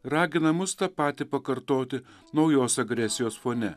ragina mus tą patį pakartoti naujos agresijos fone